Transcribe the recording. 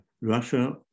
Russia